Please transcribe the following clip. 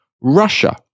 Russia